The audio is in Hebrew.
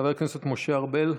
חבר הכנסת משה ארבל,